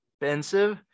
expensive